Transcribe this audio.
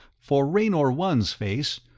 for raynor one's face,